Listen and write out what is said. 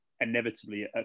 inevitably